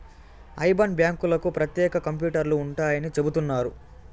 IBAN బ్యాంకులకు ప్రత్యేక కంప్యూటర్లు ఉంటాయని చెబుతున్నారు